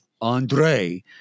Andre